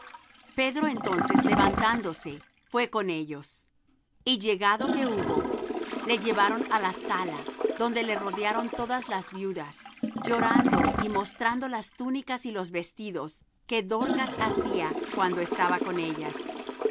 pedro entonces levantándose fué con ellos y llegado que hubo le llevaron á la sala donde le rodearon todas las viudas llorando y mostrando las túnicas y los vestidos que dorcas hacía cuando estaba con ellas